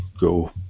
go